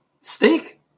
Steak